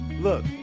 Look